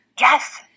Yes